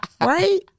right